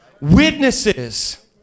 witnesses